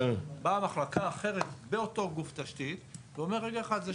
באה מחלקה אחרת באותו גוף תשתית ואומרת רגע אחד,